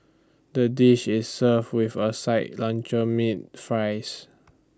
the dish is served with A side luncheon meat fries